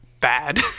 bad